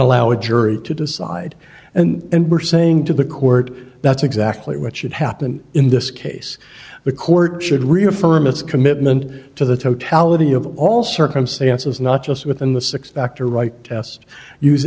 allow a jury to decide and we're saying to the court that's exactly what should happen in this case the court should reaffirm its commitment to the totality of all circumstances not just within the six factor right test use